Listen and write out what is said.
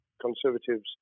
Conservatives